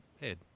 head